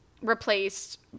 replaced